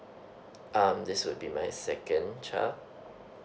um this will be my second child